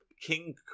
King